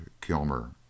Kilmer